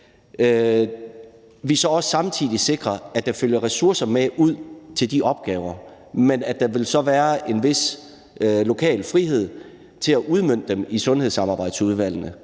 også samtidig sikrer, at der følger ressourcer med til de opgaver, men at der vil være en vis lokal frihed i sundhedssamarbejdsudvalgene